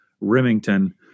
Remington